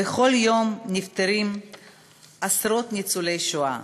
בכל יום נפטרים עשרות ניצולי שואה,